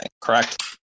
correct